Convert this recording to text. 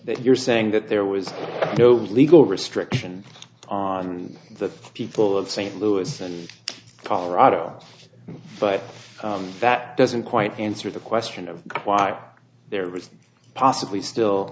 that you're saying that there was no legal restriction on the people of st louis and colorado but that doesn't quite answer the question of why there is possibly still